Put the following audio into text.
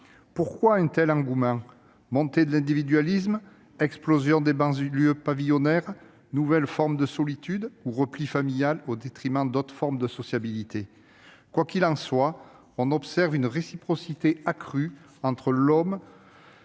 Pourquoi un tel engouement ? Montée de l'individualisme ? Explosion des banlieues pavillonnaires ? Nouvelles formes de solitude ? Repli familial au détriment d'autres formes de sociabilité ? Quoi qu'il en soit, on observe une réciprocité accrue entre l'homme